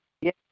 Yes